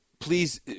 Please